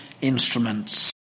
instruments